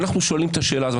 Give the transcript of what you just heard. ואנחנו שואלים את השאלה הזאת,